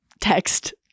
text